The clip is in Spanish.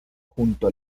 junto